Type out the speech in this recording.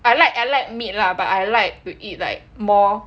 I like I like meat lah but I like to eat like more